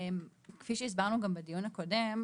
כפי שהסברנו גם בדיון הקודם,